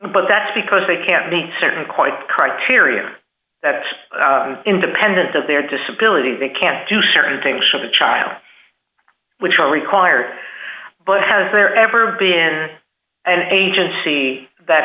but that's because they can't be certain quite criteria that independent of their disability they can't do certain things should a child which are required but has there ever been an agency that